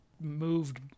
moved